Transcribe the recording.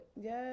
yes